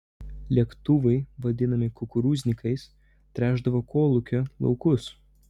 lėktuvai vadinami kukurūznikais tręšdavo kolūkio laukus